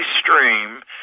stream